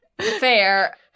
fair